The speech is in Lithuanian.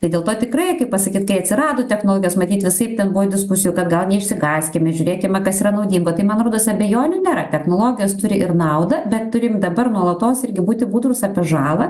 tai dėl to tikrai kaip pasakyt kai atsirado technologijos matyt visaip ten buvo diskusijų kd gal neišsigąskime žiūrėkime kas yra naudingo tai man rodos abejonių nėra technologijos turi ir naudą bet turime dabar nuolatos irgi būti budrūs apie žalą